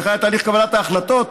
איך היה תהליך קבלת ההחלטות